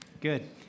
Good